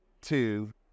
two